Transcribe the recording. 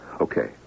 Okay